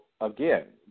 again